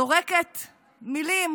זורקת מילים,